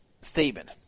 Statement